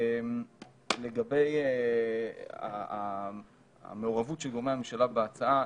לגבי המעורבות של גורמי הממשלה בהצעה,